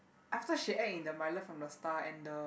after she acted in the my love from the star and the